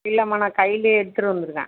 இல்லைமா நான் கைலயே எடுத்துட்டு வந்துருக்கேன்